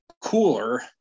cooler